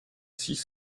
six